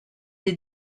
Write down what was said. des